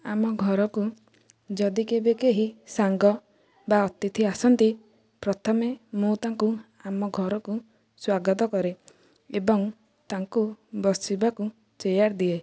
ଆମ ଘରକୁ ଯଦି କେବେ କେହି ସାଙ୍ଗ ବା ଅତିଥି ଆସନ୍ତି ପ୍ରଥମେ ମୁଁ ତାଙ୍କୁ ଆମ ଘରକୁ ସ୍ୱାଗତ କରେ ଏବଂ ତାଙ୍କୁ ବସିବାକୁ ଚେୟାର ଦିଏ